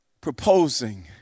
proposing